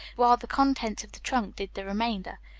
while the contents of the trunk did the remainder.